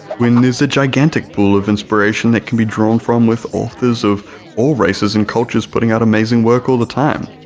when there's a gigantic pool of inspiration that can be drawn from with authors of all races and cultures putting out amazing work all the time.